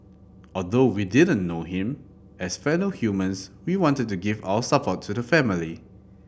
although we didn't know him as fellow humans we wanted to give our support to the family